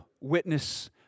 witness